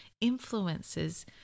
influences